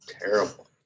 terrible